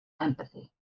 Empathy